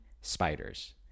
spiders